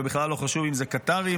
ובכלל לא חשוב אם זה קטרים,